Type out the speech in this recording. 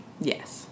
Yes